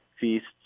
feasts